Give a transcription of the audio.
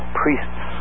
priests